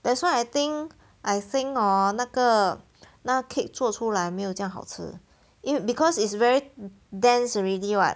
that's why I think I think orh 那个那个 cake 做出来没有这样好吃 it because it's very dense already [what]